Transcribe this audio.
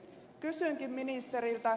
kysynkin ministeriltä